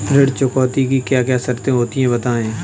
ऋण चुकौती की क्या क्या शर्तें होती हैं बताएँ?